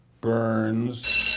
Burns